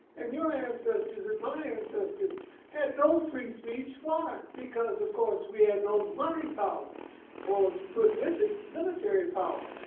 and your ancestors and my ancestors had no free speech. why? because of course we had no money power or to put with it, military power.